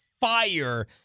fire